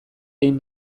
egin